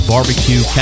barbecue